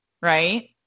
right